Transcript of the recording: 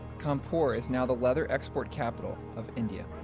kanpur is now the leather export capital of india.